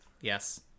Yes